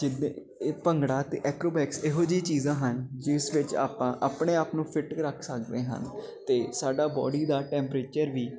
ਜਿਹਦੇ ਇਹ ਭੰਗੜਾ ਅਤੇ ਐਕਰੋਬੈਕਸ ਇਹੋ ਜਿਹੀ ਚੀਜ਼ਾਂ ਹਨ ਜਿਸ ਵਿੱਚ ਆਪਾਂ ਆਪਣੇ ਆਪ ਨੂੰ ਫਿੱਟ ਰੱਖ ਸਕਦੇ ਹਨ ਅਤੇ ਸਾਡਾ ਬੋਡੀ ਦਾ ਟੈਂਪਰੇਚਰ ਵੀ